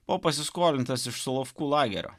buvo pasiskolintas iš solovkų lagerio